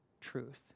truth